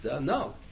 No